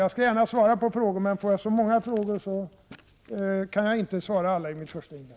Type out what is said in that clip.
När jag får så många frågor som jag här fått kan jag inte besvara alla i mitt första inlägg.